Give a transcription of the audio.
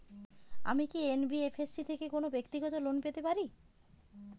আমি কি এন.বি.এফ.এস.সি থেকে ব্যাক্তিগত কোনো লোন পেতে পারি?